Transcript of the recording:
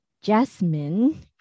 Jasmine